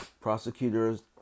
prosecutors